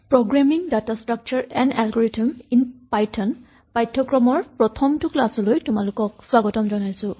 programming data structure and algorithm in Python পাঠ্যক্ৰমৰ প্ৰথমটো ক্লাচলৈ তোমালোকক স্বাগতম জনাইছোঁ